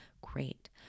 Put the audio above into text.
great